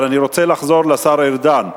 אבל אני רוצה לחזור לשר ארדן: